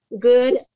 good